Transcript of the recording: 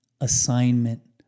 Assignment